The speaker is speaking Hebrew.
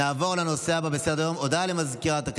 נעבור לנושא הבא בסדר-היום: הודעה לסגנית מזכיר